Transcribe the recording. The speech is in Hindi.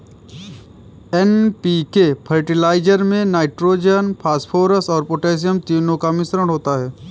एन.पी.के फर्टिलाइजर में नाइट्रोजन, फॉस्फोरस और पौटेशियम तीनों का मिश्रण होता है